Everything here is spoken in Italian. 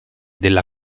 della